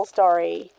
Story